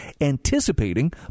anticipating